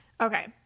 Okay